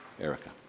Erica